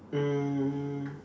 um